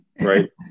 right